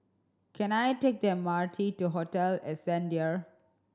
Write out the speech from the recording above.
can I take the M R T to Hotel Ascendere